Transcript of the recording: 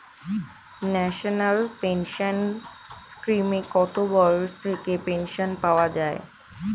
National pension স্কিমে কত বয়স থেকে পেনশন পাওয়া যায়?